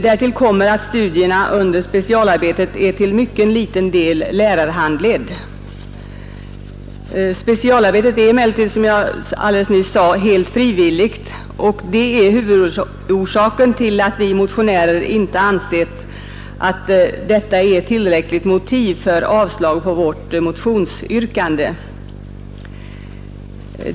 Därtill kommer att studierna under specialarbetet till mycket liten del är lärarhandledda. Specialarbetet är som jag nyss sade helt frivilligt, och det är huvudskälet till att vi motionärer inte ansett att detta är tillräckligt motiv för ett avstyrkande av vårt motionsyrkande.